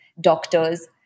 doctors